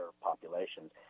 populations